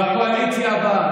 דודי: בקואליציה הבאה,